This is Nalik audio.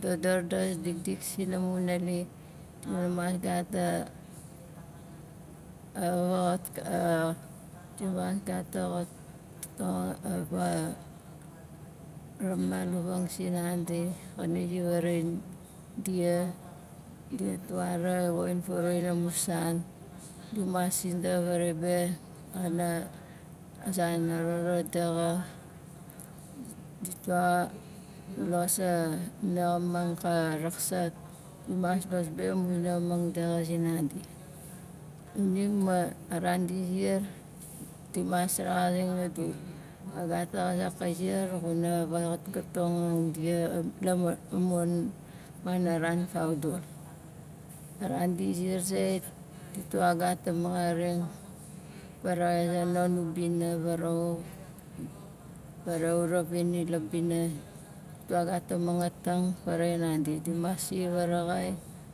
dodo dodor dikdik sina mun naalik dina mas gat a xat di mas gat xat- tong ra maluvang sinandi xana ziar vaaraxain dia ditwa ra woxin farawin amu san di mas sindaxa vaaraxain be pana a zan a roro daxa ditwa gu los naxamang ka raksaat gu mas los be amu naxamang daxa zinandi xuning ma a ran di ziar di mas rexazing adu ka gat a xazak kai ziar xuna vaxatkatang dia la ma- mun mana ran faudul la ran di ziar zait tua di gat a mangaring faraxain amu ubina farauwak fara uravin ila bina tua gat a mangatang faraxain nandi di mas si vaaraxai